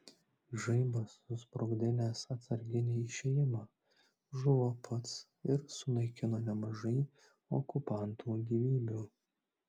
žaibas susprogdinęs atsarginį išėjimą žuvo pats ir sunaikino nemažai okupantų gyvybių